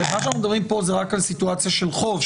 מה שאנחנו מדברים פה זה רק על סיטואציה של חוב,